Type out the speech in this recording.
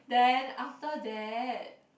then after that